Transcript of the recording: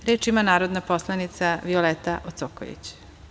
Reč ima narodna poslanica Violeta Ocokoljić.